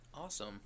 Awesome